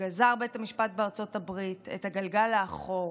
החזיר בית המשפט בארצות הברית את הגלגל לאחור,